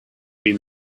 been